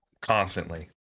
constantly